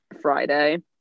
Friday